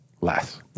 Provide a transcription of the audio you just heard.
less